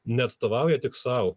neatstovauja tik sau